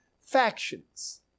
factions